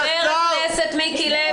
חבר הכנסת מיקי לוי.